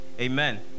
Amen